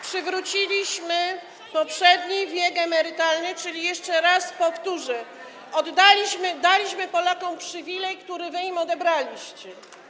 Przywróciliśmy poprzedni wiek emerytalny, czyli - jeszcze raz powtórzę - oddaliśmy, daliśmy Polakom przywilej, który wy im odebraliście.